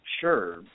sure